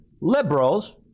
liberals